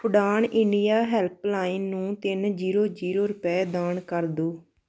ਉਡਾਣ India helpline ਨੂੰ ਤਿੰਨ ਜੀਰੋ ਜੀਰੋ ਰੁਪਏ ਦਾਨ ਕਰ ਦਿਓ